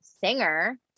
singer